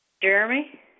Jeremy